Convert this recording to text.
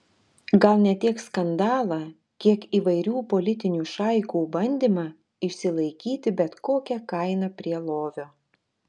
gal ne tiek skandalą kiek įvairių politinių šaikų bandymą išsilaikyti bet kokia kaina prie lovio